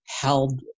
held